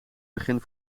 begin